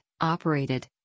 operated